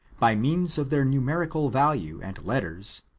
by means of their numerical value and letters,